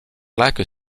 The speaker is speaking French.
lac